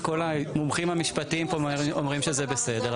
אם כל המומחים המשפטיים פה אומרים שזה בסדר,